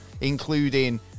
including